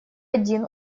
один